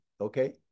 okay